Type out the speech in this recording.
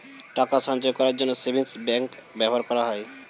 টাকা সঞ্চয় করার জন্য সেভিংস ব্যাংক ব্যবহার করা হয়